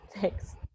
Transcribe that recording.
Thanks